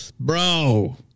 Bro